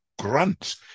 grunt